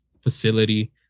facility